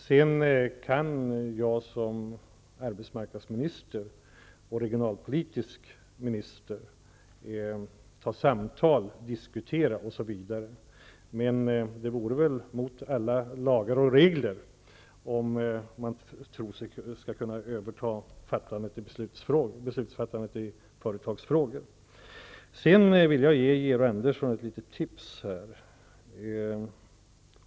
Sedan kan jag som arbetsmarknadsminister och minister för regionalpolitiken ta upp samtal och diskutera osv., men det vore väl mot alla lagar och regler, om jag skulle försöka mig på att överta beslutsfattandet i företagsfrågor. Sedan vill jag ge Georg Andersson ett litet tips här.